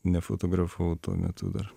nefotografavau tuo metu dar